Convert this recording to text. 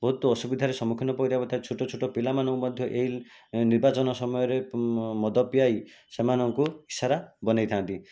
ବହୁତ ଅସୁବିଧାର ସମ୍ମୁଖୀନ ଛୋଟ ଛୋଟ ପିଲାମାନଙ୍କୁ ମଧ୍ୟ ଏଇ ନିର୍ବାଚନ ସମୟରେ ମଦ ପିଆଇ ସେମାନଙ୍କୁ ଇସାରା ବନେଇଥାନ୍ତି